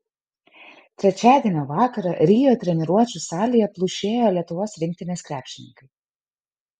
trečiadienio vakarą rio treniruočių salėje plušėjo lietuvos rinktinės krepšininkai